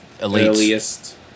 earliest